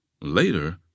Later